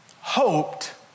hoped